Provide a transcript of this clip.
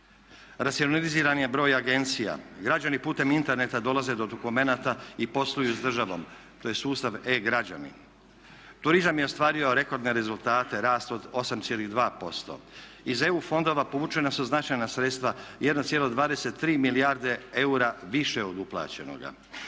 racionaliziran je broj agencija. Građani putem interneta dolaze do dokumenata i posluju s državom, to je sustav e-građani. Turizam je ostvario rekordne rezultate rast od 8,2%, iz EU fondova povučena su značajna sredstva 1,23 milijarda eura više od uplaćenoga,